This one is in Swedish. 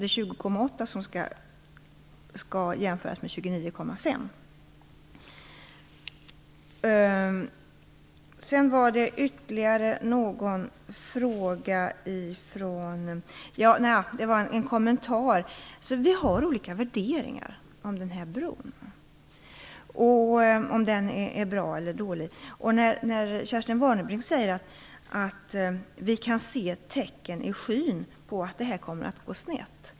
Det är 20,8 som skall jämföras med 29,5. Sedan gällde det en kommentar. Vi har olika värderingar vad gäller om bron är bra eller dålig. Kerstin Warnerbring säger att vi kan se tecken i skyn på att det kommer att gå snett.